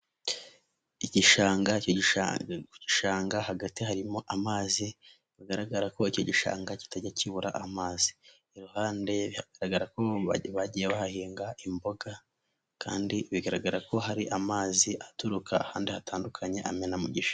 Igishangashanga hagati harimo amazi bigaragara ko icyo gishanga kitajya kibura amazi, iruhande bigaragara ko bagiye bahahinga imboga kandi bigaragara ko hari amazi aturuka ahandi hatandukanye amena mu gisha.